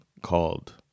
called